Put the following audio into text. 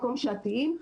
שעתיים,